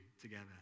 together